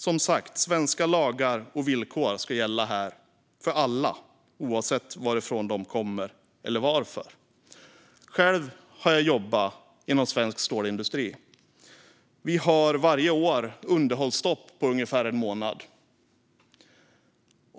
Som sagt: Svenska lagar och villkor ska gälla här för alla oavsett varifrån de kommer eller varför. Jag har jobbat inom svensk stålindustri. Vi har varje år underhållsstopp på ungefär en månad.